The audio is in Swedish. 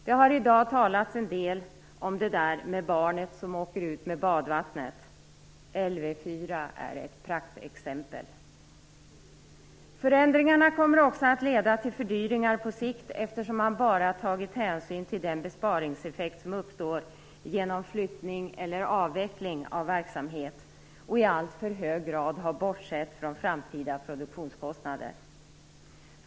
Det har i dag talats en del om barnet som åker ut med badvattnet. Lv 4 är ett praktexempel på detta. Förändringarna kommer också att leda till fördyringar på sikt, eftersom man bara tagit hänsyn till den besparingseffekt som uppstår genom flyttning eller avveckling av verksamhet och i alltför hög grad har bortsett från framtida produktionskostnader.